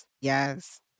Yes